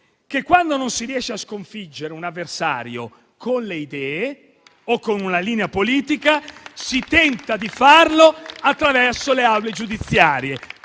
che, quando non si riesce a sconfiggere un avversario con le idee o con una linea politica, si tenta di farlo attraverso le aule giudiziarie;